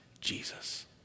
Jesus